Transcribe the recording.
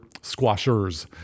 squashers